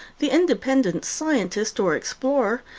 the independent scientist or explorer,